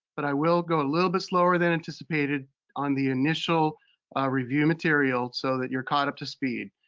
but i will go a little bit slower than anticipated on the initial review materials so that you're caught up to speed.